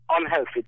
unhealthy